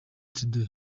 today